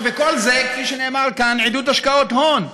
וכל זה, כפי שנאמר כאן, עידוד השקעות הון.